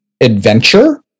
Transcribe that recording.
adventure